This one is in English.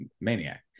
maniac